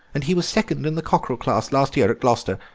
and he was second in the cockerel class last year at gloucester.